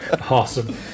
Awesome